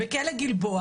בכלא גלבוע